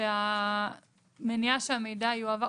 שהמידע יועבר.